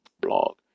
blog